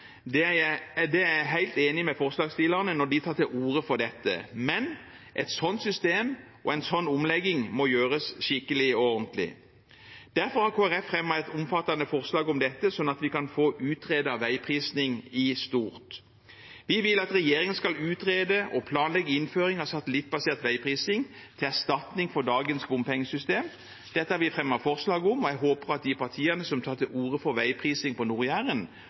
jeg er helt enig med forslagsstillerne når de tar til orde for det, men et sånt system og en sånn omlegging må gjøres skikkelig og ordentlig. Derfor har Kristelig Folkeparti fremmet et omfattende forslag om dette, sånn at vi kan få utredet veiprising i stort. Vi vil at regjeringen skal utrede og planlegge innføring av satellittbasert veiprising til erstatning for dagens bompengesystem. Dette har vi fremmet forslag om, og jeg håper at de partiene som tar til orde for veiprising på